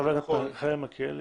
חבר הכנסת מיכאל מלכיאלי.